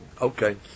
Okay